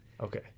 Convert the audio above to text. Okay